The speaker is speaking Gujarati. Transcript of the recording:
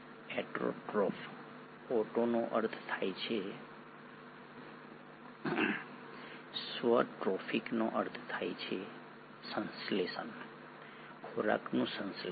ઓટોટ્રોફ ઓટોનો અર્થ થાય છે સ્વ ટ્રોફિકનો અર્થ થાય છે સંશ્લેષણ ખોરાકનું સંશ્લેષણ